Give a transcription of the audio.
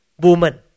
woman